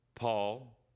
Paul